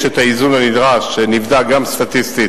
יש האיזון הנדרש שנבדק גם סטטיסטית